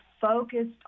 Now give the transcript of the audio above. focused